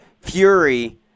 Fury